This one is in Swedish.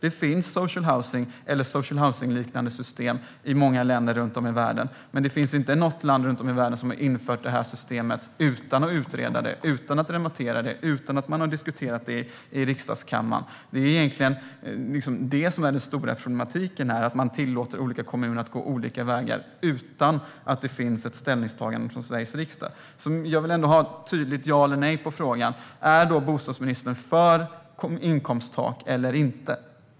Det finns social housing eller social housing-liknande system i många länder runt om i världen, men inget land har infört det utan att det har utretts, remitterats och diskuterats i parlamentet. Det stora problemet här är att man tillåter olika kommuner att gå olika vägar utan att det finns ett ställningstagande från Sveriges riksdag. Jag vill ha ett tydligt ja eller nej på mina frågor. Är bostadsministern för inkomsttak eller inte?